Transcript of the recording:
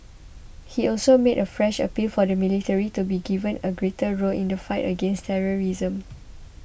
he also made a fresh appeal for the military to be given a greater role in the fight against terrorism